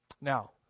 Now